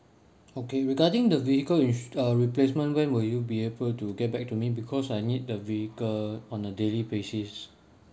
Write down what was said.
okay regarding the vehicle re~ uh replacement when will you be able to get back to me because I need the vehicle on a daily basis